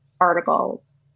articles